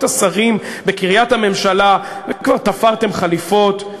השרים בקריית הממשלה וכבר תפרתם חליפות.